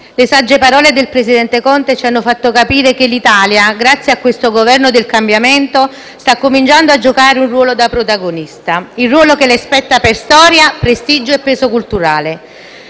La sagge parole del presidente Conte ci hanno fatto capire che l'Italia, grazie al Governo del cambiamento, sta cominciando a giocare un ruolo da protagonista; il ruolo che le spetta per storia, prestigio e peso culturale.